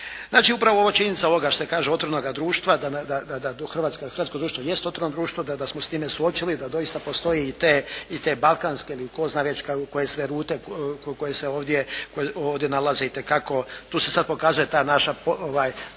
Znači, upravo ova činjenica ovoga što kažu otvorenoga društva da hrvatsko društvo jest otvoreno društvo, da smo se s time suočili, da doista postoje i te balkanske ili tko zna koje već sve rute koje ovdje nalaze itekako. Tu se sad pokazuje ta naša dobra